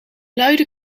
luide